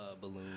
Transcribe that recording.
balloons